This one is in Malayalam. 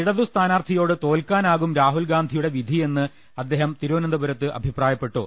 ഇടതു സ്ഥാനാർഥിയോട് തോൽക്കാനാകും രാഹുൽഗാന്ധിയുടെ വിധിയെന്ന് അദ്ദേഹം തിരു വനന്തപുരത്ത് അഭിപ്രായപ്പെട്ടു